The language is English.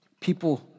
People